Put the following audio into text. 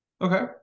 okay